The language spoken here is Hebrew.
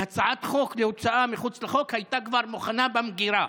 והצעת חוק להוצאה מחוץ לחוק הייתה כבר מוכנה במגירה.